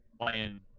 playing